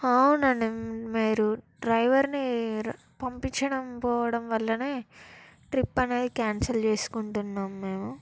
అవునండి మీరు డ్రైవర్ని పంపించకపోవడం వల్లనే ట్రిప్ అనేది క్యాన్సల్ చేసుకుంటున్నాం మేము